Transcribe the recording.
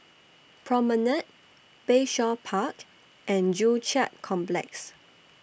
Promenade Bayshore Park and Joo Chiat Complex